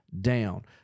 down